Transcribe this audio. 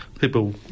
People